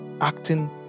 Acting